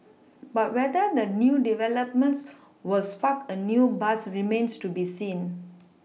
but whether the new developments will spark a new buzz remains to be seen